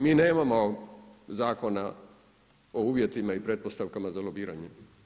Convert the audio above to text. Mi nemamo zakona o uvjetima i pretpostavkama za lobiranje.